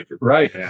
right